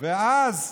ואז,